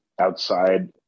outside